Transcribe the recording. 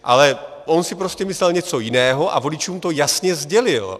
Ale on si prostě myslel něco jiného a voličům to jasně sdělil.